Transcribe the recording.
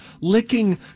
licking